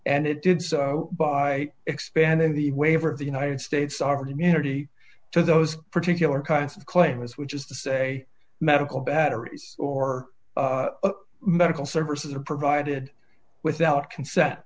and it did so by expanding the waiver of the united states are immunity to those particular kinds of claims which is to say medical batteries or medical services are provided without conse